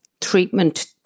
treatment